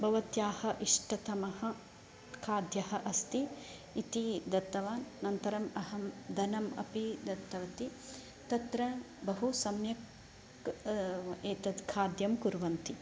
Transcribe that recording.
भवत्याः इष्टतमः खाद्यः अस्ति इति दत्तवान् अनन्तरम् अहं धनम् अपि दत्तवती तत्र बहु सम्यक् एतद् खाद्यं कुर्वन्ति